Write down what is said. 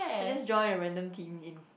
I just join a random team in